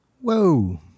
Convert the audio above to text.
Whoa